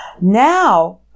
Now